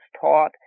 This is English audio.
taught